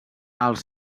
els